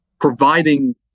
providing